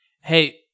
Hey